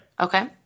Okay